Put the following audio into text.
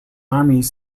armies